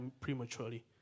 prematurely